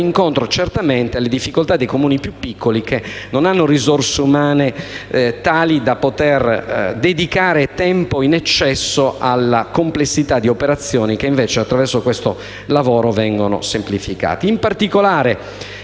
incontro alle difficoltà dei Comuni più piccoli che non hanno risorse umani tali da poter dedicare tempo in eccesso alla complessità di operazioni che, invece, attraverso questo lavoro, vengono semplificate. In particolare